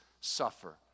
suffer